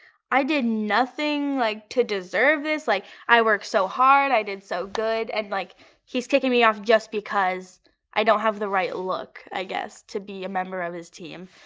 i did nothing like to deserve this. like i worked so hard. i did so good and like he's kicking me off just because i don't have the right look, i guess, to be a member of his team.